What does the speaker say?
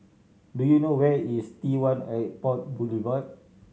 do you know where is T One Airport Boulevard